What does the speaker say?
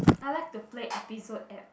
I like to play episode app